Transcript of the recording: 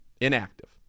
inactive